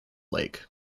lake